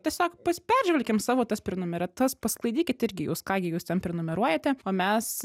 tiesiog peržvelkim savo tas prenumeratas pasklaidykit irgi jūs ką gi jūs ten prenumeruojate o mes